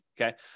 okay